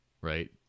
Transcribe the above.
right